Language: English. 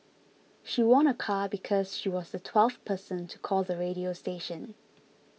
she won a car because she was the twelfth person to call the radio station